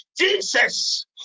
Jesus